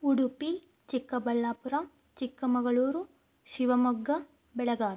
Udupi Chikkaballapur Chikkamagaluru Shivamogga Belagavi